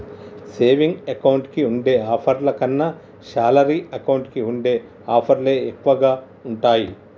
saving account కి ఉండే ఆఫర్ల కన్నా శాలరీ అకౌంట్ కి ఉండే ఆఫర్లే ఎక్కువగా ఉంటాయి